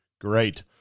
Great